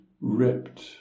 ripped